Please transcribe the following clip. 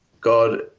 God